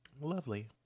lovely